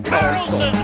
Carlson